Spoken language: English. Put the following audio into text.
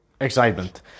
Excitement